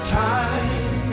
time